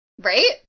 Right